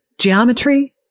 geometry